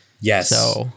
Yes